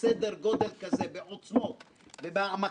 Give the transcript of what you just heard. נראה לי שזו גישה לא ראויה ולא מכבדת.